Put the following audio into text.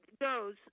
goes